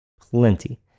Plenty